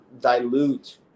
dilute